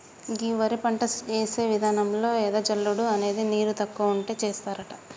గీ వరి పంట యేసే విధానంలో ఎద జల్లుడు అనేది నీరు తక్కువ ఉంటే సేస్తారట